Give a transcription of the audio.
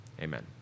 Amen